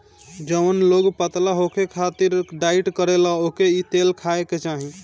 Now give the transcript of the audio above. जवन लोग पतला होखे खातिर डाईट करेला ओके इ तेल खाए के चाही